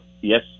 Yes